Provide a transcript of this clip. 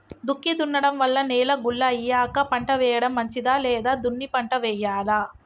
దుక్కి దున్నడం వల్ల నేల గుల్ల అయ్యాక పంట వేయడం మంచిదా లేదా దున్ని పంట వెయ్యాలా?